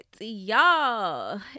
y'all